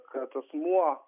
kad asmuo